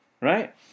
right